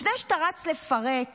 לפני שאתה רץ לפרק,